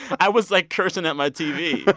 i was, like, cursing at my tv. but